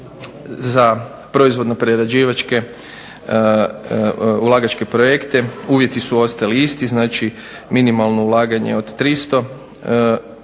za proizvodno prerađivačke, ulagačke projekte, uvjeti su ostali isti, dakle minimalno ulaganje od 300